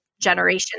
generation